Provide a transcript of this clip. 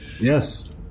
Yes